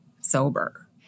sober